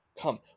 Come